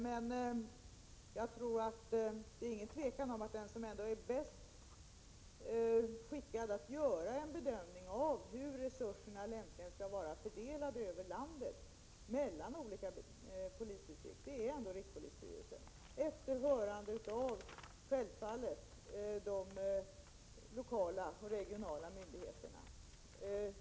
Men det råder inget tvivel om att den som är bäst skickad att göra en bedömning av hur resurserna lämpligen skall vara fördelade över landet mellan olika polisdistrikt är rikspolisstyrelsen, självfallet efter hörande av de lokala och regionala myndigheterna.